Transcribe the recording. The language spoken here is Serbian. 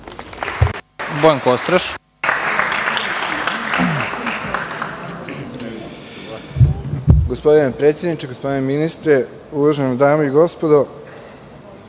Bojan Kostreš.